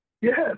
Yes